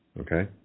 Okay